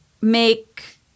make